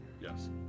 Yes